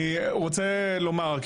אני רוצה לומר,